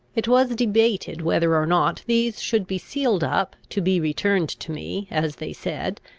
it was debated whether or not these should be sealed up, to be returned to me, as they said,